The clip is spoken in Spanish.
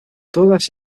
todas